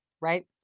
right